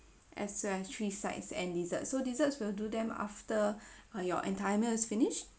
as a three sides and dessert so desserts will do them after all your entire meals is finished